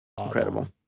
Incredible